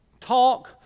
talk